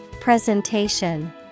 Presentation